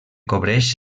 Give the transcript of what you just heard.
cobreix